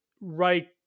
right